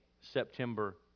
September